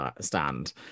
stand